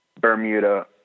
Bermuda